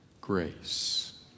grace